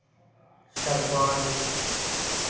सरपञ्च